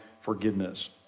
forgiveness